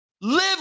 Live